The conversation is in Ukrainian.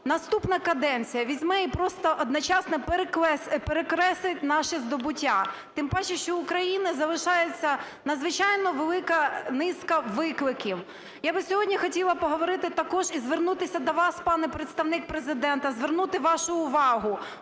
наступна каденція візьме і просто одночасно перекреслить наші здобуття. Тим паче, що у України залишається надзвичайно велика низка викликів. Я би сьогодні хотіла поговорити також і звернутися до вас, пане Представник Президента, звернути вашу увагу.